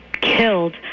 killed